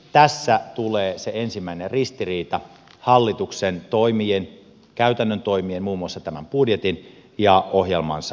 tässä tulee se ensimmäinen ristiriita hallituksen käytännön toimien muun muassa tämän budjetin ja ohjelmansa välillä